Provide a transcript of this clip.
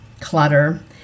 Clutter